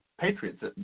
Patriots